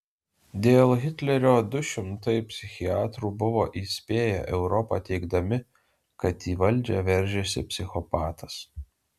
dėl hitlerio du šimtai psichiatrų buvo įspėję europą teigdami kad į valdžią veržiasi psichopatas